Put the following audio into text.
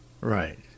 Right